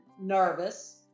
nervous